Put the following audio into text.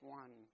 one